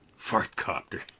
Fartcopter